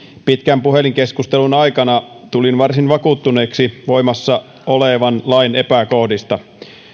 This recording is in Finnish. pitkän puhelinkeskustelun aikana tulin varsin vakuuttuneeksi voimassa olevan lain epäkohdista